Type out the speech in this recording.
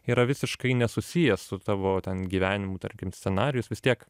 yra visiškai nesusiję su tavo ten gyvenimu tarkim scenarijus vis tiek